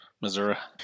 Missouri